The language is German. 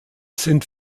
sind